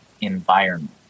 environment